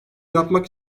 yapmak